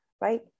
right